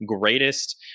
Greatest